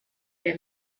der